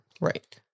Right